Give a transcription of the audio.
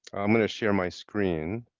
um and share my screen,